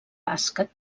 bàsquet